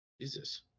Jesus